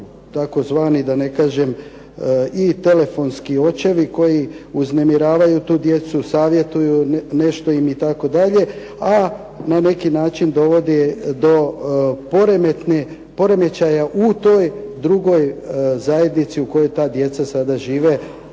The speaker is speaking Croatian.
tzv. da ne kažem i telefonski očevi koji uznemiravaju tu djecu, savjetuju nešto im itd., a na neki način dovodi do poremećaja u toj drugoj zajednici u kojoj ta djeca sada žive